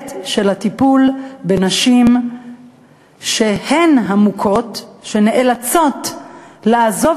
ההיבט של הטיפול בנשים שהן המוכות והן נאלצות לעזוב